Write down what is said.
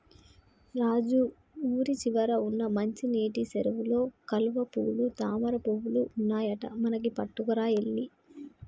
రాజు ఊరి చివర వున్న మంచినీటి సెరువులో కలువపూలు తామరపువులు ఉన్నాయట మనకి పట్టుకురా ఎల్లి